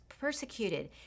persecuted